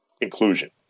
inclusion